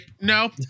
no